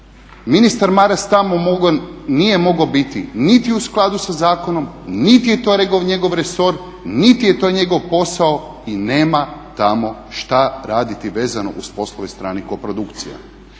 ministar Maras tamo nije mogao biti niti u skladu sa zakonom, niti je to njegov resor, niti je to njegov posao i nema tamo šta raditi vezano uz poslove stranih koprodukcija.